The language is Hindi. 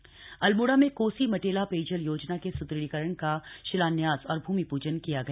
पेयजब योजना अल्मोड़ा में कोसी मेला पेयजल योजना के स्दृढ़ीकरण का शिलान्यास और भूमि प्जन किया गया